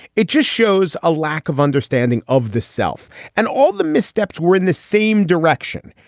it just shows a lack of understanding of the self and all the missteps were in the same direction.